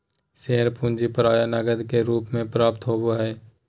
share पूंजी प्राय नकद के रूप में प्राप्त होबो हइ